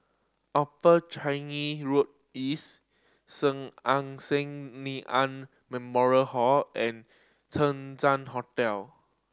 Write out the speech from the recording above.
Upper Changi Road East Sun Yat Sen Nanyang Memorial Hall and Chang Ziang Hotel